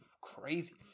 crazy